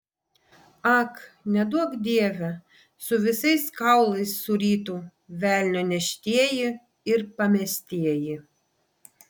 ak neduok dieve su visais kaulais surytų velnio neštieji ir pamestieji